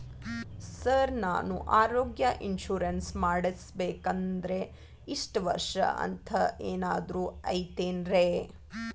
Sir ನಾನು ಆರೋಗ್ಯ insurance ಮಾಡಿಸ್ಬೇಕಂದ್ರೆ ಇಷ್ಟ ವರ್ಷ ಅಂಥ ಏನಾದ್ರು ಐತೇನ್ರೇ?